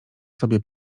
sobie